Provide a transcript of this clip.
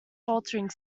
faltering